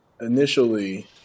initially